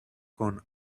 con